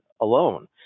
alone